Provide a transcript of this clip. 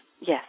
Yes